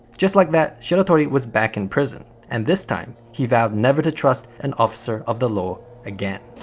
just like that, shiratori was back in prison, and this time he vowed never to trust an officer of the law again.